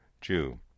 Jew